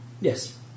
Yes